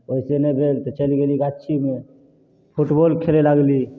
ओइसँ नहि भेल तऽ चलि गेली गाछीमे फुटबॉल खेले लागली